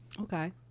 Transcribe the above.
okay